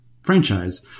franchise